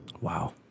Wow